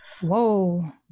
Whoa